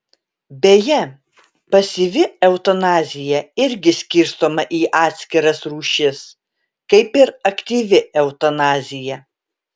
beje pasyvi eutanazija irgi skirstoma į atskiras rūšis kaip ir aktyvi eutanazija